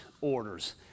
orders